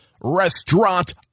Restaurant